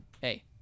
Hey